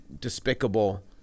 despicable